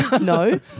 No